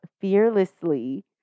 fearlessly